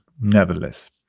nevertheless